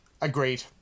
Agreed